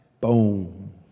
Boom